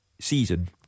season